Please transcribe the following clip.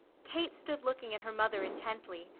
kate stood looking at her mother intently,